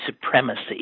supremacy